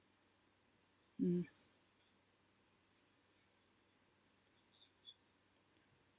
mm